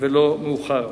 ולא מאוחר.